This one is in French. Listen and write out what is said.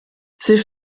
ces